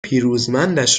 پیروزمندش